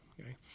Okay